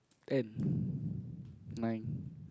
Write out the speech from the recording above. ten nine